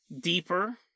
deeper